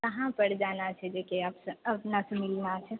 कहाँ पर जाना छै जे कि आप से अपना से मिलना छै